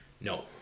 No